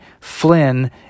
Flynn